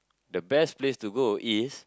the best place to go is